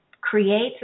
creates